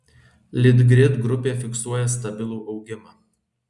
litgrid grupė fiksuoja stabilų augimą